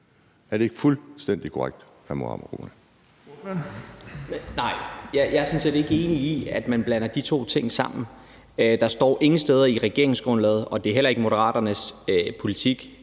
Ordføreren. Kl. 18:38 Mohammad Rona (M): Nej, jeg er sådan set ikke enig i, at man blander de to ting sammen. Der står ingen steder i regeringsgrundlaget, og det er heller ikke Moderaternes politik,